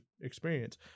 experience